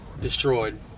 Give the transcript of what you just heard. destroyed